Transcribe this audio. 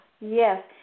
Yes